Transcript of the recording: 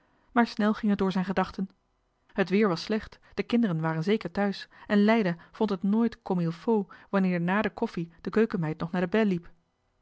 maar snel ging het door zijn gedachten het weer was slecht de kinderen waren zeker thuis en leida vond het nooit comme il faut wanneer nà de koffie de keukenmeid nog